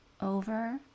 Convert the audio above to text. over